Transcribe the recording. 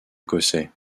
écossais